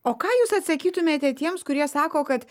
o ką jūs atsakytumėte tiems kurie sako kad